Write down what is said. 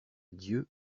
dieu